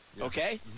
Okay